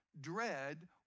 dread